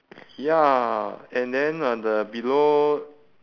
ya and then uh the below